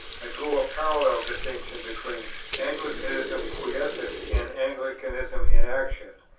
i drew a parallel distinction between anglicanism quiescent, and anglicanism in action.